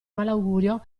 malaugurio